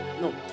No